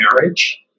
marriage